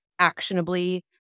actionably